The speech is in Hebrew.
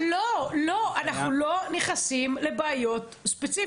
לא, אנחנו לא נכנסים לבעיות ספציפיות.